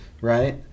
right